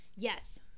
Yes